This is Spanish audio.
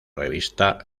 revista